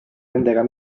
nendega